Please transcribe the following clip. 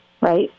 right